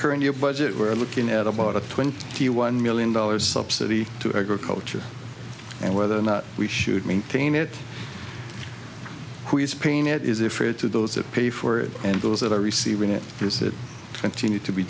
current year budget we're looking at about a twenty one million dollars subsidy to agriculture and whether or not we should maintain it is a pain it is a fair to those that pay for it and those that are receiving it does it continue to be